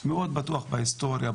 מאוד בטוח בהיסטוריה,